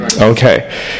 Okay